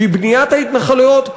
שהיא בניית ההתנחלויות,